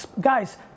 guys